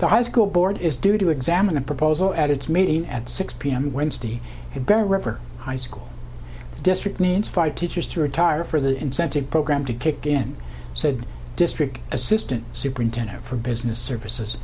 the high school board is due to examine the proposal at its meeting at six p m wednesday and bear river high school district means five teachers to retire for the incentive program to kick in said district assistant superintendent for business services